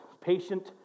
patient